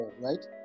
right